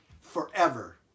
forever